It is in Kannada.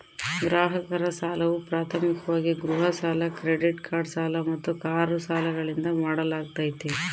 ಗ್ರಾಹಕರ ಸಾಲವು ಪ್ರಾಥಮಿಕವಾಗಿ ಗೃಹ ಸಾಲ ಕ್ರೆಡಿಟ್ ಕಾರ್ಡ್ ಸಾಲ ಮತ್ತು ಕಾರು ಸಾಲಗಳಿಂದ ಮಾಡಲಾಗ್ತೈತಿ